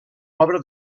obra